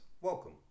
welcome